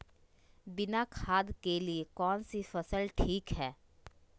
बिना खाद के लिए कौन सी फसल ठीक है?